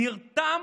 נרתם,